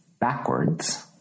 backwards